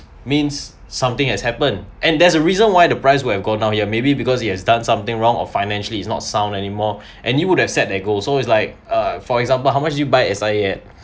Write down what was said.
means something has happened and there's a reason why the price would have gone down yeah maybe because it has done something wrong or financially it's not sound anymore and you would have set that goal so it's like uh for example how much you buy S_I_A at